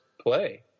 play